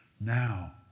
Now